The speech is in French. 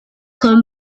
comme